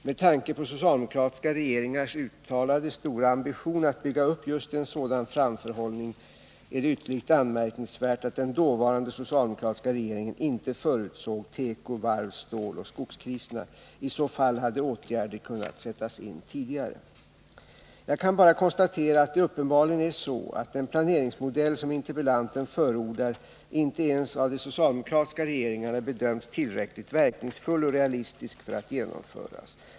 Med tanke på socialdemokratiska regeringars uttalade stora ambition att bygga upp just en sådan framförhållning, är det ytterligt anmärkningsvärt att den dåvarande socialdemokratiska regeringen inte förutsåg teko-, varvs-, ståloch skogskriserna. I så fall hade åtgärder kunnat sättas in tidigare. Jag kan bara konstatera att det uppenbarligen är så, att den planeringsmodell som interpellanten förordar inte ens av de socialdemokratiska regeringarna bedömts tillräckligt verkningsfull och realistisk för att genomföras.